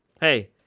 hey